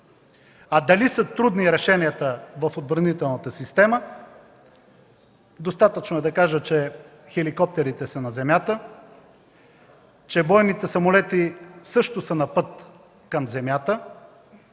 А дали са трудни решенията в отбранителната система, достатъчно е да кажа, че хеликоптерите са на земята, че бойните самолети също са на път към земята,